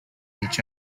each